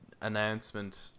announcement